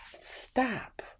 Stop